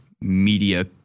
media